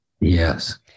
Yes